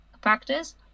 practice